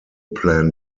plan